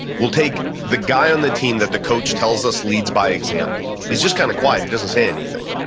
we'll take the guy on the team that the coach tells us leads by example. he's just kind of quiet, and he doesn't say anything.